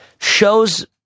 shows